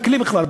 ככלי בכלל,